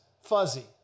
fuzzy